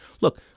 Look